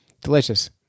Delicious